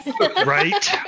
Right